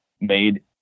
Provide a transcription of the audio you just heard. made